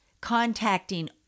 Contacting